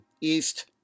East